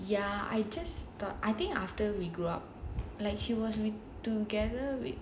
ya I just thought I think after we grew up like she wants me together with